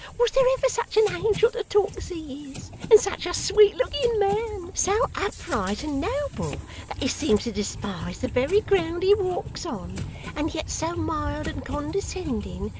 was there ever such an angel to talk as he is and such a sweet-looking man! so upright and noble that he seems to despise the very ground he walks on and yet so mild and condescending,